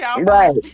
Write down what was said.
right